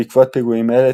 בעקבות פיגועים אלה,